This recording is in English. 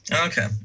Okay